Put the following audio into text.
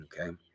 Okay